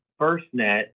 FirstNet